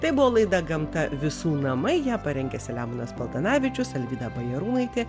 tai buvo laida gamta visų namai ją parengė selemonas paltanavičius alvyda bajarūnaitė